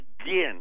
again